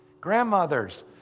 grandmothers